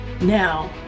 Now